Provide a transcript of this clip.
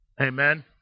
Amen